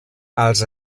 als